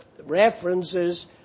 references